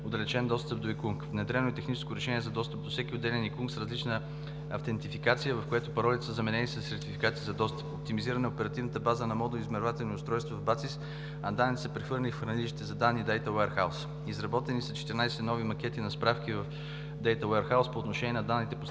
се осъществява отдалечен достъп до ИКУНК; внедрено е техническо решение за достъп до всеки отделен ИКУНК с различна автентификация, в което паролите са заменени със сертификати за достъп; оптимизирана е оперативната база на модул „Измервателни устройства“ в БАЦИС, а данните са прехвърлени в хранилище за данни data warehouse; изработени са 14 нови макети на справки в Data Warehouse по отношение на данните,